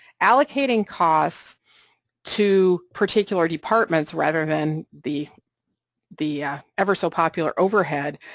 allocating costs to particular departments, rather than the the ever-so-popular overhead,